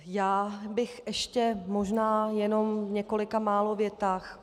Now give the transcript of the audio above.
Já bych ještě možná v několika málo větách...